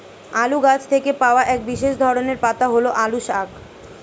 আলু গাছ থেকে পাওয়া এক বিশেষ ধরনের পাতা হল আলু শাক